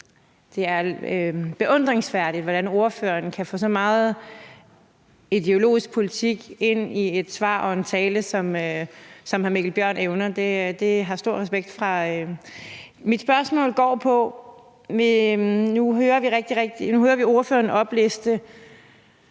Det er beundringsværdigt, hvordan ordføreren kan få så meget ideologisk politik ind i et svar og en tale, som hr. Mikkel Bjørn evner. Det har jeg stor respekt for. Mit spørgsmål går på det, at vi nu hører ordføreren opliste